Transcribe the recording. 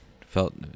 felt